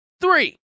three